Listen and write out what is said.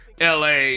LA